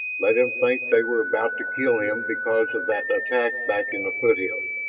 let him think they were about to kill him because of that attack back in the foothills.